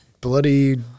bloody